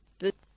the